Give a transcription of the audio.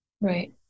right